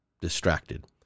distracted